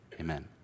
amen